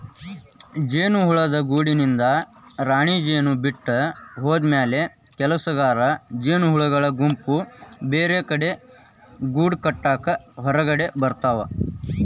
ಜೇನುಹುಳದ ಗೂಡಿನಿಂದ ರಾಣಿಜೇನು ಬಿಟ್ಟ ಹೋದಮ್ಯಾಲೆ ಕೆಲಸಗಾರ ಜೇನಹುಳಗಳ ಗುಂಪು ಬೇರೆಕಡೆ ಗೂಡಕಟ್ಟಾಕ ಹೊರಗಬರ್ತಾವ